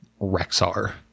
Rexar